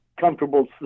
comfortable